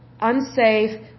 unsafe